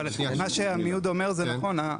אבל מה שעמיהוד אומר הוא נכון.